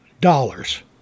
dollars